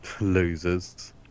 Losers